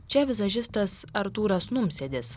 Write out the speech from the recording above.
čia vizažistas artūras numsėdis